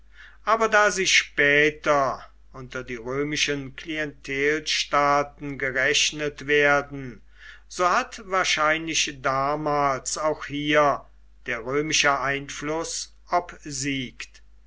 aber da sie später unter die römischen klientelstaaten gerechnet werden so hat wahrscheinlich damals auch hier der römische einfluß obgesiegt